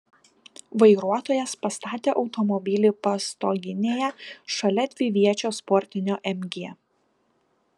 vairuotojas pastatė automobilį pastoginėje šalia dviviečio sportinio mg